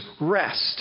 rest